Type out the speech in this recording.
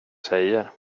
säger